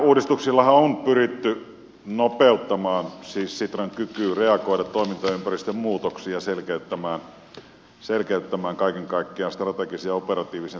uudistuksillahan on pyritty nopeuttamaan siis sitran kykyä reagoida toimintaympäristön muutoksiin ja selkeyttämään kaiken kaikkiaan strategisen ja operatiivisen työn yhteyttä